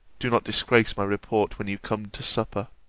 do not disgrace my report when you come to supper.